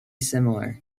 similar